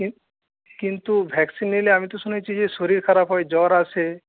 কিন্তু ভ্যাকসিন নিলে আমি তো শুনেছি যে শরীর খারাপ হয় জ্বর আসে